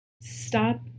stop